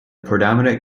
predominant